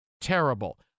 terrible